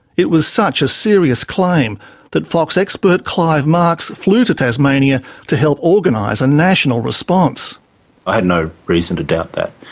it was such a serious claim that fox expert clive marks flew to tasmania to help organise a national response. i had no reason to doubt that.